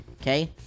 Okay